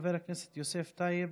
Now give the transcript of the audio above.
חבר הכנסת יוסף טייב,